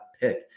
pick